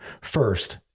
first